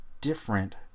different